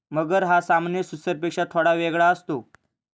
मगर हा सामान्य सुसरपेक्षा थोडा वेगळा असतो